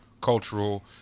cultural